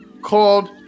called